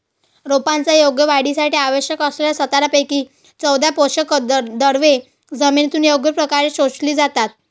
रोपांच्या योग्य वाढीसाठी आवश्यक असलेल्या सतरापैकी चौदा पोषकद्रव्ये जमिनीतून योग्य प्रकारे शोषली जातात